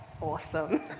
awesome